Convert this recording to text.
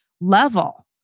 level